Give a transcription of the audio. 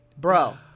bro